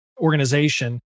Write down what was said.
organization